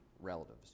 relatives